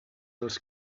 els